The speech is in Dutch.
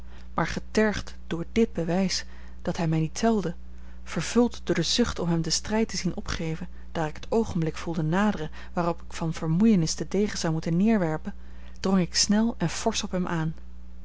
maar getergd door dit bewijs dat hij mij niet telde vervuld door de zucht om hem den strijd te zien opgeven daar ik het oogenblik voelde naderen waarop ik van vermoeienis den degen zou moeten neerwerpen drong ik snel en forsch op hem aan